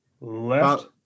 Left